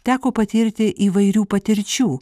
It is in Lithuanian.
teko patirti įvairių patirčių